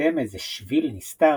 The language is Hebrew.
ומצאתם איזה שביל נסתר,